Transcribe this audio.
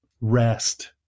Rest